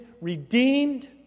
redeemed